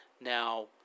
Now